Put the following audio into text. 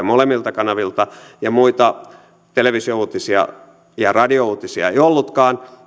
molemmilta kanavilta ja muita televisiouutisia ja radiouutisia ei ollutkaan